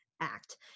act